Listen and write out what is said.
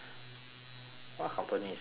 what company is this may I know